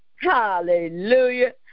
Hallelujah